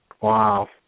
Wow